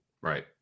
right